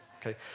okay